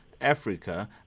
Africa